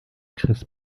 chris